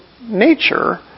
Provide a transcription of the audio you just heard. nature